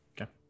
Okay